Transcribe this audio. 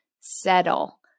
settle